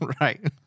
Right